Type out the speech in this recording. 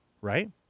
right